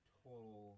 total